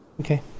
Okay